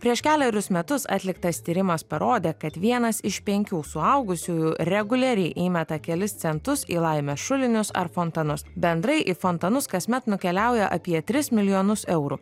prieš kelerius metus atliktas tyrimas parodė kad vienas iš penkių suaugusiųjų reguliariai įmeta kelis centus į laimės šulinius ar fontanus bendrai į fontanus kasmet nukeliauja apie tris milijonus eurų